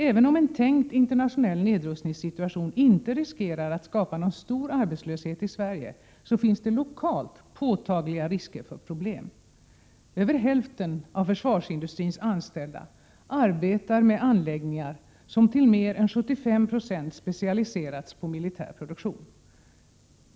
Även om en tänkt internationell nedrustningssituation inte riskerar att skapa någon stor arbetslöshet i Sverige, finns det lokalt påtagliga risker för problem. Över hälften av försvarsindustrins anställda arbetar vid anläggningar som till mer än 75 Yo specialiserats på militär produktion.